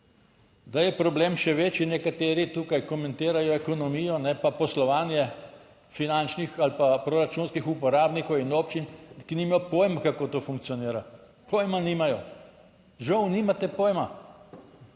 Da je problem še večji, nekateri tukaj komentirajo ekonomijo, ne, pa poslovanje finančnih ali pa proračunskih uporabnikov in občin, ki nimajo pojma, kako to funkcionira. Pojma nimajo. Žal nimate pojma,